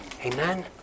Amen